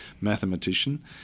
mathematician